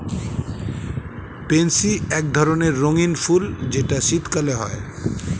pansy এক ধরণের রঙ্গীন ফুল যেটা শীতকালে হয়